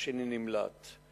השני נמלט,